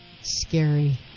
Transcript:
Scary